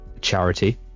charity